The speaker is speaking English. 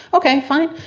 ok, fine.